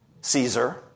Caesar